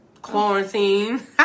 Quarantine